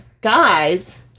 guys